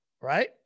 right